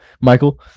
Michael